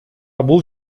бул